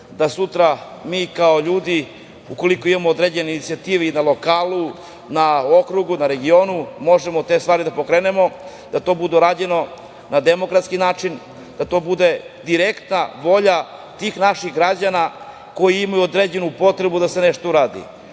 da sutra mi kao ljudi, ukoliko imamo određene inicijative i na lokalu, na okrugu, na regionu, možemo te stvari da pokrenemo, da to bude urađeno na demokratski način, da to bude direktna volja tih naših građana koji imaju određenu potrebu da se nešto uradi. Mislim